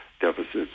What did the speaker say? deficits